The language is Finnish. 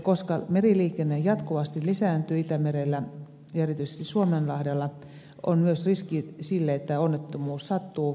koska meriliikenne jatkuvasti lisääntyy itämerellä ja erityisesti suomenlahdella on myös suurempi riski sille että onnettomuus sattuu